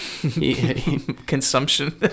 Consumption